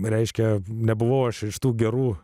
reiškia nebuvau aš iš tų gerų